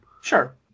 Sure